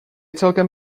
celkem